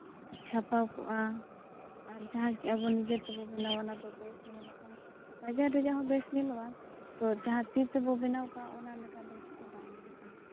ᱪᱷᱟᱯᱟᱣ ᱠᱚᱜᱼᱟ ᱟᱨ ᱡᱟᱦᱟᱸ ᱠᱤ ᱟᱵᱚ ᱱᱤᱡᱮ ᱛᱮᱵᱚ ᱵᱮᱱᱟᱣᱟ ᱚᱱᱟ ᱫᱚ ᱵᱮᱥ ᱧᱮᱞᱚᱜᱼᱟ ᱵᱟᱡᱟᱨ ᱨᱮᱭᱟᱜ ᱦᱚᱸᱵᱮᱥ ᱧᱮᱞᱚᱜᱼᱟ ᱛᱚ ᱡᱟᱦᱟᱸ ᱛᱤᱛᱮᱵᱚ ᱵᱮᱱᱟᱣ ᱠᱟᱜᱼᱟ ᱚᱱᱟ ᱞᱮᱠᱟ ᱵᱮᱥ ᱫᱚ ᱵᱟᱭ ᱧᱮᱞᱚᱜᱼᱟ